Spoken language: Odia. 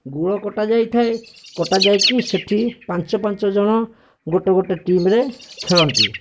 ଗୁଳ କଟାଯାଇଥାଏ କଟାଯାଇକି ସେଇଠି ପାଞ୍ଚ ପାଞ୍ଚ ଜଣ ଗୋଟେ ଗୋଟେ ଟିମ୍ରେ ଖେଳନ୍ତି